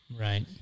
Right